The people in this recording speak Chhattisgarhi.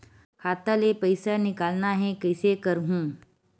खाता ले पईसा निकालना हे, कइसे करहूं?